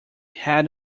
head